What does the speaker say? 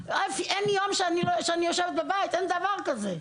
אין יום שאני יושבת בו בבית שלי, אין דבר כזה.